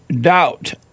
doubt